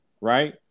right